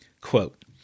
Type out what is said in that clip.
Quote